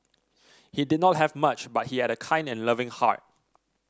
he did not have much but he had a kind and loving heart